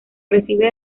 recibe